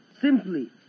simply